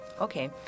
Okay